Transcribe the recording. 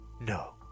No